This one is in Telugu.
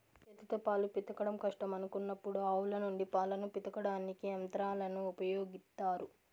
చేతితో పాలు పితకడం కష్టం అనుకున్నప్పుడు ఆవుల నుండి పాలను పితకడానికి యంత్రాలను ఉపయోగిత్తారు